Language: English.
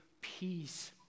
peace